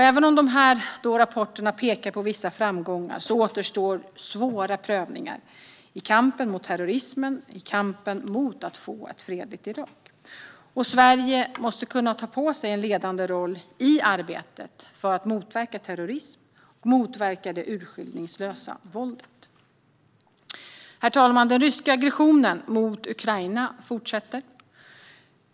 Även om dessa rapporter pekar på vissa framgångar återstår svåra prövningar i kampen mot terrorismen och i kampen för att få ett fredligt Irak. Sverige måste kunna ta på sig en ledande roll i arbetet för att motverka terrorismen och det urskillningslösa våldet. Herr talman! Den ryska aggressionen mot Ukraina fortsätter.